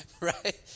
Right